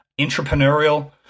entrepreneurial